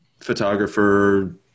photographer